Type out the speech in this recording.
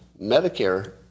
Medicare